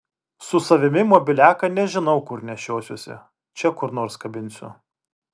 su savimi mobiliaką nežinau kur nešiosiuosi čia kur nors kabinsiu